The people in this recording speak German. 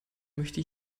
möchte